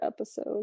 episode